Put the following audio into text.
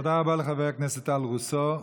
תודה רבה לחבר הכנסת טל רוסו.